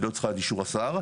היא לא צריכה את אישור השר.